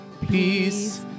Peace